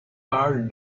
are